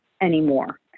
anymore